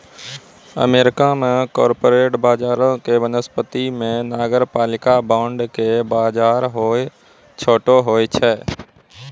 America मे corporate बजारो के वनिस्पत मे नगरपालिका बांड के बजार छोटो होय छै